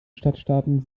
stadtstaaten